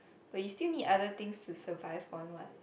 but you still need other things to survive one [what]